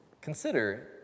Consider